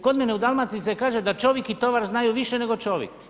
Kod mene u Dalmaciji se kaže, da čovik i tovar znaju više nego čovik.